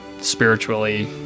spiritually